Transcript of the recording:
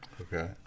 Okay